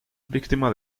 víctima